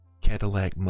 Cadillac